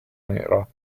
nera